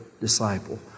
disciple